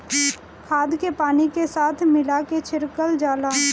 खाद के पानी के साथ मिला के छिड़कल जाला